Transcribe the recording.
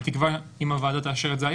בתקווה שהוועדה תאשר את זה,